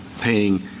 paying